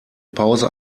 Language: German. pause